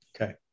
Okay